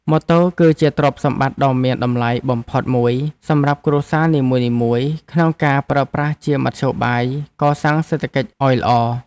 ម៉ូតូគឺជាទ្រព្យសម្បត្តិដ៏មានតម្លៃបំផុតមួយសម្រាប់គ្រួសារនីមួយៗក្នុងការប្រើប្រាស់ជាមធ្យោបាយកសាងសេដ្ឋកិច្ចឱ្យល្អ។